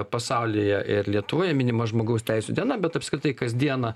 pasaulyje ir lietuvoje minima žmogaus teisių diena bet apskritai kasdieną